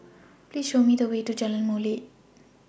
Please Show Me The Way to Jalan Molek